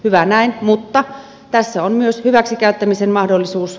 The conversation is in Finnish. hyvä näin mutta tässä on myös hyväksikäyttämisen mahdollisuus